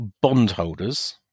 bondholders